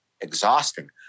exhausting